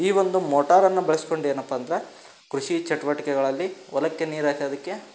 ಈ ಒಂದು ಮೋಟಾರನ್ನು ಬಳಸಿಕೊಂಡು ಏನಪ್ಪ ಅಂದ್ರೆ ಕೃಷಿ ಚಟುವಟಿಕೆಗಳಲ್ಲಿ ಹೊಲಕ್ಕೆ ನೀರು ಹಾಕೋದಿಕ್ಕೆ